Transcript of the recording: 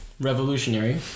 revolutionary